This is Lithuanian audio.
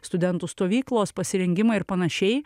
studentų stovyklos pasirengimai ir panašiai